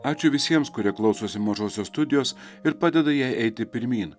ačiū visiems kurie klausosi mažosios studijos ir padeda jai eiti pirmyn